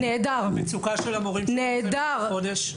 המצוקה של המורים שלא קיבלו --- חודש?